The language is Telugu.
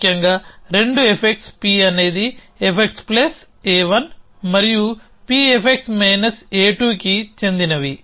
ముఖ్యంగా రెండు ఎఫెక్ట్స్ P అనేది ఎఫెక్ట్స్ ప్లస్ a1 మరియు P ఎఫెక్ట్స్ మైనస్ a2కి చెందినవి